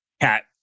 cat